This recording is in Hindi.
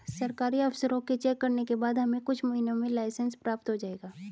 सरकारी अफसरों के चेक करने के बाद हमें कुछ महीनों में लाइसेंस प्राप्त हो जाएगा